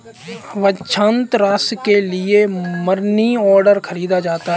वांछित राशि के लिए मनीऑर्डर खरीदा जाता है